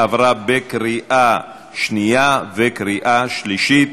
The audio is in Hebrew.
עברה בקריאה שנייה ובקריאה שלישית.